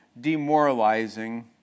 demoralizing